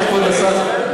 כבוד השר,